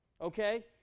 Okay